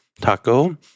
taco